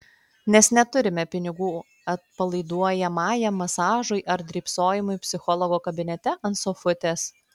nes neturime pinigų atpalaiduojamajam masažui ar drybsojimui psichologo kabinete ant sofutės